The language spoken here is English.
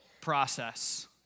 process